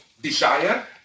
desire